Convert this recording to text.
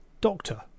Doctor